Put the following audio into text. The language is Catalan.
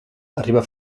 arriba